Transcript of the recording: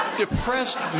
depressed